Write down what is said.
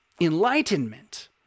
enlightenment